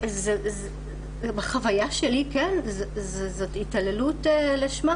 בחוויה שלי זאת התעללות לשמה